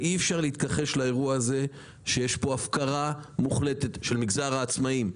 אי אפשר להתכחש לאירוע הזה שיש פה הפקרה מוחלטת של מגזר העצמאים.